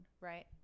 right